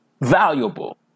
Valuable